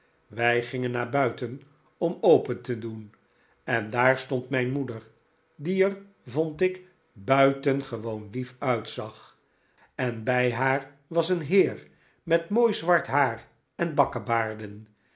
wij gingen naar buiten om open te doen en daar stond mijn moeder die er vond ik buitengewoon lief uitzag en bij haar was een heer met mooi zwart haar en